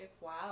Wow